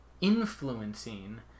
influencing